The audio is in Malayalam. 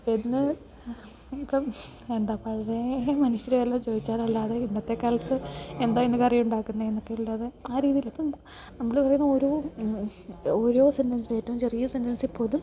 എന്ന് ഇപ്പം എന്താ പഴയ മനുഷ്യർ വല്ലാം ചോദിച്ചാൽ അല്ലാതെ ഇന്നത്തെ കാലത്ത് എന്താ ഇന്ന് കറി ഉണ്ടാക്കുന്നത് എന്നക്കെ അല്ലാതെ ആ രീതിയിൽ ഇപ്പം നമ്മൾ പറയുന്ന ഓരോ ഓരോ സെൻറ്റൻസ്സേറ്റോം ചെറിയ സെൻറ്റൻസ്സിപ്പോലും